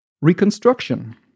reconstruction